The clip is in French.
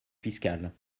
fiscale